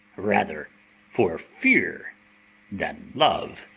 rather for fear than love.